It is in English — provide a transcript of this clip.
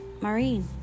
Maureen